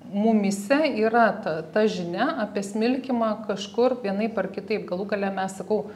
mumyse yra ta ta žinia apie smilkymą kažkur vienaip ar kitaip galų gale mes sakau